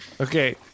Okay